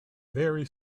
very